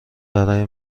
برای